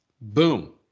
boom